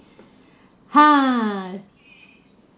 !huh!